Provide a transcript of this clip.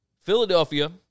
Philadelphia